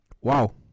Wow